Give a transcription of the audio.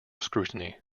scrutiny